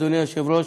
אדוני היושב-ראש,